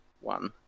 one